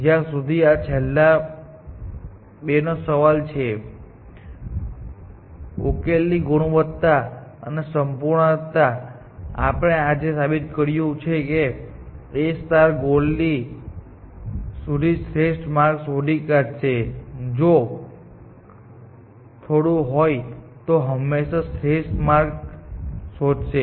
જ્યાં સુધી આ છેલ્લા બેનો સવાલ છે ઉકેલની ગુણવત્તા અને સંપૂર્ણતા આપણે આજે સાબિત કર્યું છે કે A ગોલ સુધી શ્રેષ્ઠ માર્ગ શોધી કાઢશે જો થોડું હોય તો હંમેશાં શ્રેષ્ઠ માર્ગ શોધશે